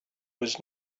was